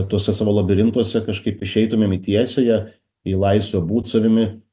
tuose savo labirintuose kažkaip išeitumėm į tiesiąją į laisvę būt savimi